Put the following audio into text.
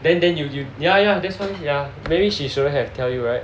then then you you yeah yeah that's why ya maybe she shouldn't have tell you right